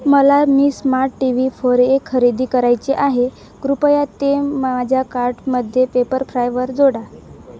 मला मी smart T V four A खरेदी करायचे आहे कृपया ते माझ्या कार्टमध्ये पेपरफ्रायवर जोडा